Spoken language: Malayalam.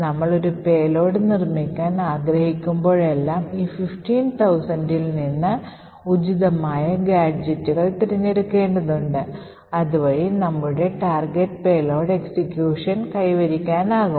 നമ്മൾ ഒരു പേലോഡ് നിർമ്മിക്കാൻ ആഗ്രഹിക്കുമ്പോഴെല്ലാം ഈ 15000 ൽ നിന്ന് ഉചിതമായ ഗാഡ്ജെറ്റുകൾ തിരഞ്ഞെടുക്കേണ്ടതുണ്ട് അതുവഴി നമ്മുടെ ടാർഗെറ്റ് പേലോഡ് എക്സിക്യൂഷൻ കൈവരിക്കാനാകും